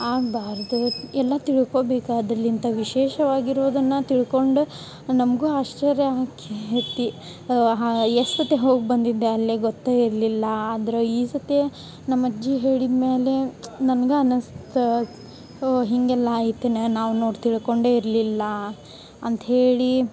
ಆಗ್ಬಾರದು ಎಲ್ಲ ತಿಳ್ಕೊಬೇಕಾದಲ್ಲ ಇಂಥ ವಿಶೇಷವಾಗಿರುವುದನ್ನ ತಿಳ್ಕೊಂಡು ನಮಗೂ ಆಶ್ಚರ್ಯ ಆಕೇತಿ ಹಾ ಎಷ್ಟು ಸತಿ ಹೋಗಿ ಬಂದಿದ್ದೆ ಅಲ್ಲಿ ಗೊತ್ತೇ ಇರಲಿಲ್ಲ ಆದ್ರ ಈ ಸತಿ ನಮ್ಮಜ್ಜಿ ಹೇಳಿದ್ಮ್ಯಾಲೆ ನನ್ಗ ಅನಸ್ತ ಹೋ ಹೀಗೆಲ್ಲ ಆಯ್ತನ ನಾವು ನೋಡಿ ತಿಳ್ಕೊಂಡೇ ಇರಲಿಲ್ಲ ಅಂತ್ಹೇಳಿ